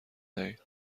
دهید